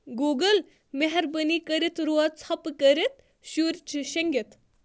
Google مہربٲنی کٔرِتھ روز ژھۄپہٕ کٔرِتھ شُرۍ چھِ شنٛگِتھ